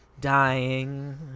dying